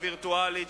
הווירטואלית,